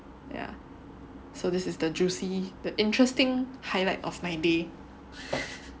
yeah so this is the juicy the interesting highlight of my day